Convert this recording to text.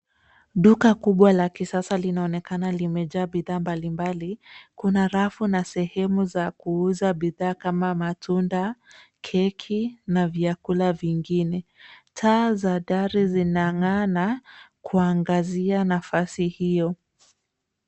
Duka kubwa la kisasa linaonekana limejaa bidhaa mbalimbali. Kuna rafu na sehemu za kuuza bidhaa kama matunda, keki na vyakula vingine. Taa za dari zinang'aa na kuangazia nafasi hiyo.